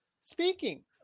Speaking